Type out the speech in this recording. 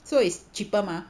so it's cheaper mah